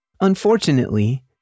Unfortunately